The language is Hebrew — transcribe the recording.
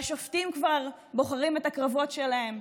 והשופטים כבר בוחרים את הקרבות שלהם.